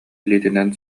илиитинэн